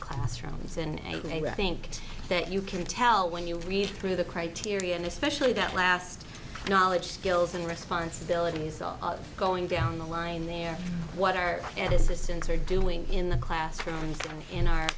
classrooms and maybe i think that you can tell when you read through the criteria and especially that last knowledge skills and responsibilities are going down the line there what are and assistants are doing in the classrooms in our